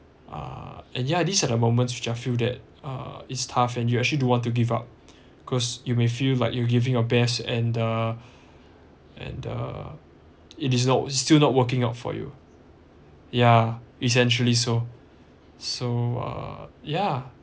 uh and yeah these are the moments we just feel that uh it's tough and you actually don't want to give up because you may feel like you're giving your best and the and the it is not still not working out for you yeah essentially so so uh yeah